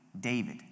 David